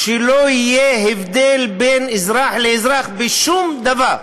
שלא יהיה הבדל בין אזרח לאזרח בשום דבר.